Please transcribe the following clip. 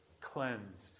cleansed